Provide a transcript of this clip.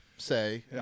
say